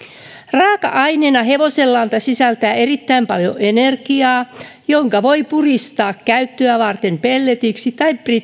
raaka aineena hevosenlanta sisältää erittäin paljon energiaa jonka voi puristaa käyttöä varten pelleteiksi tai